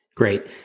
Great